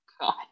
God